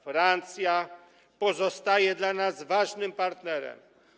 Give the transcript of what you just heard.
Francja pozostaje dla nas ważnym partnerem.